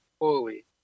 holy